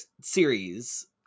series